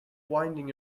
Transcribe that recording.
winding